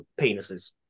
penises